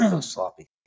sloppy